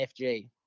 fg